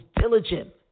diligent